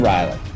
Riley